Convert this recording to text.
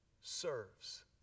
serves